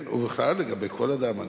כן, ובכלל לגבי כל אדם.